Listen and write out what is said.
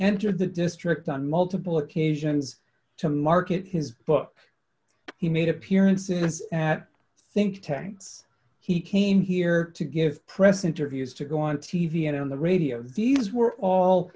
entered the district on multiple occasions to market his book he made appearances at think tanks he came here to give press interviews to go on t v and on the radio these were all